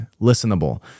listenable